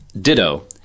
Ditto